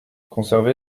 conserver